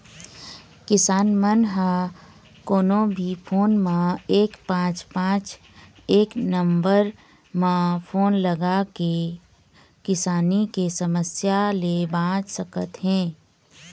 किसान मन ह कोनो भी फोन म एक पाँच पाँच एक नंबर म फोन लगाके किसानी के समस्या ले बाँच सकत हे